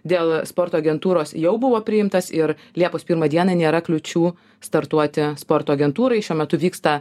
dėl sporto agentūros jau buvo priimtas ir liepos pirmą dieną nėra kliūčių startuoti sporto agentūrai šiuo metu vyksta